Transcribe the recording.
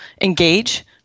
engage